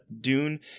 Dune